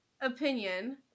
opinion